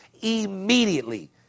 immediately